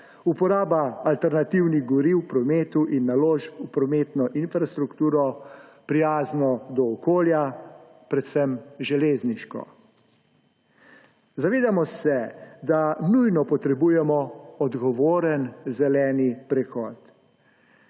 uporabi alternativnih goriv v prometu in naložbah v prometno infrastrukturo, prijazno do okolja, predvsem železniško. Zavedamo se, da nujno potrebujemo odgovoren zeleni prehod.